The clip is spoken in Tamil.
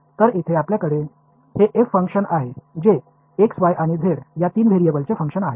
எனவே இங்கு இருக்கும் செயல்பாடு f என்பது x y மற்றும் z ஆகிய மூன்று மாறிகளின் செயல்பாடாகும்